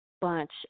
bunch